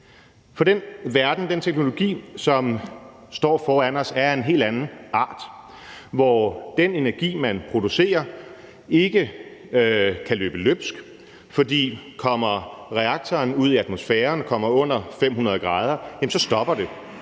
For den verden og den teknologi, som står foran os, er af en helt anden art, hvor den energi, man producerer, ikke kan løbe løbsk, for kommer det fra reaktoren ud i atmosfæren og kommer under 500 grader, så stopper det.